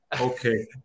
Okay